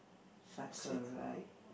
cycle right